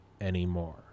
anymore